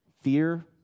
Fear